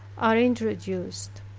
are introduced.